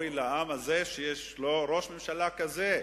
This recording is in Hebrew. אוי לעם הזה, שיש לו ראש ממשלה כזה.